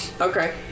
Okay